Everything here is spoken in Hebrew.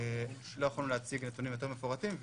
לא יכולנו להציג נתונים יותר מפורטים,